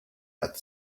had